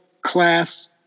class